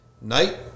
night